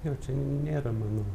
jau čia nėra mano